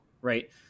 right